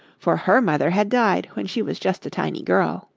for her mother had died when she was just a tiny girl.